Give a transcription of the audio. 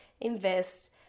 invest